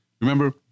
Remember